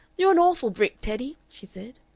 you're an awful brick, teddy! she said.